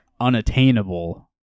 unattainable